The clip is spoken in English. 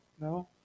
No